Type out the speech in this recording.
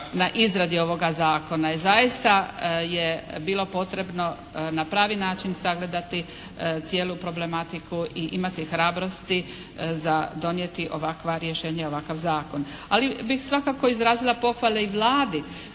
na izradi ovoga zakona i zaista je bilo potrebno na pravi način sagledati cijelu problematiku i imati hrabrosti za donijeti ovakva rješenja i ovakav zakon. Ali bih svakako izrazila pohvale i Vladi